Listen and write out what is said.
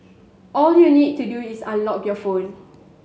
all you need to do is unlock your phone